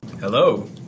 Hello